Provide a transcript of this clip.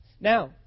Now